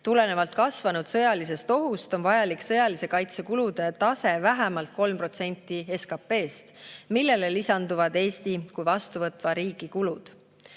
Tulenevalt kasvanud sõjalisest ohust on vajalik sõjaliste kaitsekulude tase vähemalt 3% SKP-st, millele lisanduvad Eesti kui vastuvõtva riigi kulud.